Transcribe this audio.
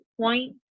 point